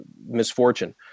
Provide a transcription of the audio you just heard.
misfortune